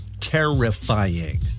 terrifying